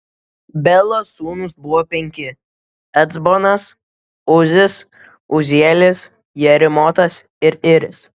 belos sūnūs buvo penki ecbonas uzis uzielis jerimotas ir iris